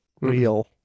real